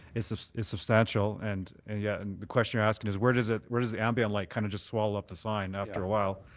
it's ah substantial and and yeah, and the question you're asking is where does ah where does the ambient light kind of of swallow up the sign after a while?